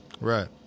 Right